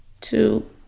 two